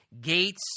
gates